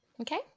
Okay